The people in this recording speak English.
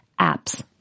apps